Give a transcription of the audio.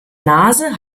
nase